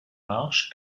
marche